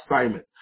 assignment